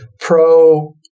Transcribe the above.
Pro